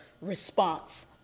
response